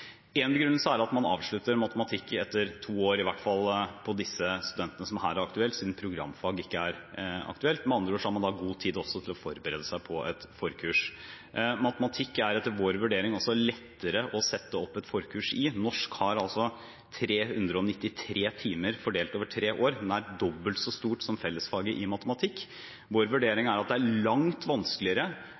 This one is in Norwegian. Én begrunnelse er at man avslutter matematikk etter to år, i hvert fall for studentene som her er aktuelle, siden programfag ikke er aktuelt. Men andre ord har man da god tid til å forberede seg på et forkurs. Matematikk er etter vår vurdering også lettere å lage et forkurs i. Norsk har 393 timer fordelt over tre år, det er dobbelt så stort som fellesfaget i matematikk. Vår vurdering er at det er langt vanskeligere